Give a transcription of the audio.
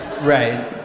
Right